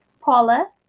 Paula